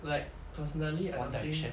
like personally I don't think